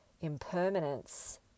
impermanence